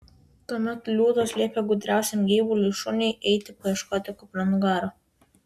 tuomet liūtas liepė gudriausiam gyvuliui šuniui eiti paieškoti kupranugario